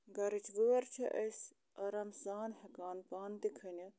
گَرٕچ وٲر چھِ أسۍ آرام سان ہٮ۪کان پانہٕ تہِ کھٔنِتھ